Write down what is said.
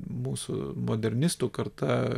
mūsų modernistų karta